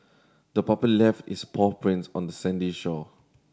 the puppy left its paw prints on the sandy shore